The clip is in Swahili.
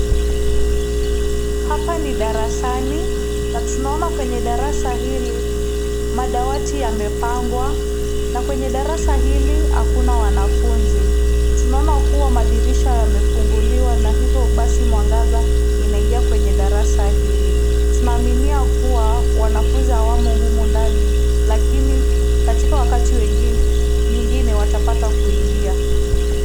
Hapa ni darasani na tunaona kwenye darasa hili madawati yamepangwa na kwenye darasa hili hakuna wanafunzi tunaona kuwa madirisha yamefunguliwa na hivo mwangaza inaingia kwenye darasa hili, tunaaminia kuwa wanafunzi hawamo humu ndani lakini katika wakati nyingine watapata kuingia .